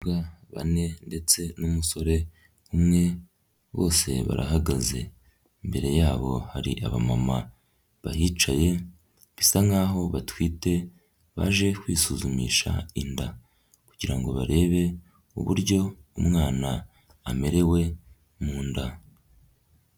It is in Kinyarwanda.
Abakobwa bane ndetse n'umusore umwe bose barahagaze, imbere yabo hari abamama bahicaye bisa nk'aho batwite baje kwisuzumisha inda, kugira ngo barebe uburyo umwana amerewe mu nda.